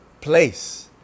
place